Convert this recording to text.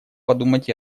подумать